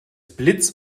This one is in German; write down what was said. blitz